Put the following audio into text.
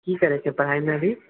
की करय छै पढ़ाइमे अभी